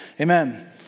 amen